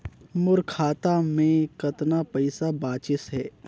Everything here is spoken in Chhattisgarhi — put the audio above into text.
मोर खाता मे कतना पइसा बाचिस हे?